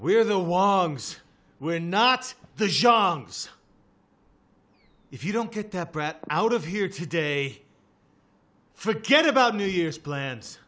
we're the wong's we're not the jong's if you don't get that bread out of here today forget about new year's plans